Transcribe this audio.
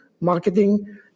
marketing